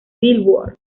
billboard